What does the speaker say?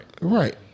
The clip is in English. Right